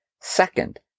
Second